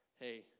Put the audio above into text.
hey